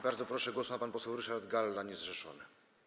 Bardzo proszę, głos ma pan poseł Ryszard Galla, niezrzeszony.